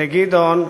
לגדעון,